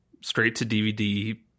straight-to-DVD